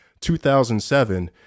2007